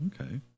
Okay